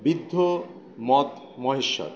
বিদ্ধ মধ মহেশ্বর